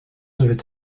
devaient